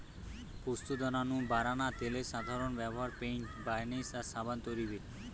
পোস্তদানা নু বারানা তেলের সাধারন ব্যভার পেইন্ট, বার্নিশ আর সাবান তৈরিরে